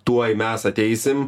tuoj mes ateisim